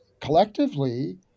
collectively